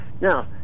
Now